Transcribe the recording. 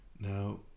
Now